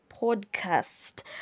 Podcast